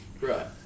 Right